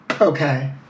okay